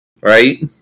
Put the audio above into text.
right